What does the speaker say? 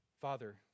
Father